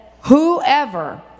whoever